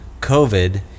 COVID